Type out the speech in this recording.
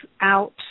out